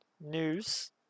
news